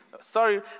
Sorry